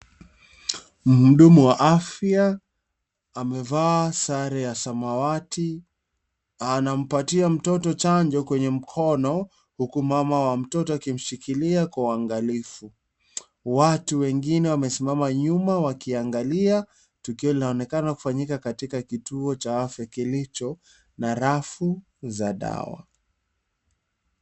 Kuhudumu wa afya amevaa sare ya samawati, anampatia mtoto chanjo kwa mkono, huku mama ya mtoto akimshikilia kwa uangalifu. Watu wengine wamesimama nyuma wakiangalia tukio linaloonekana kufanyika katika kituo cha afya kilicho na rafu za dawa.